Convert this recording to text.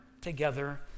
together